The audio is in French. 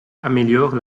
améliore